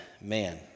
man